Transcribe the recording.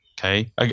okay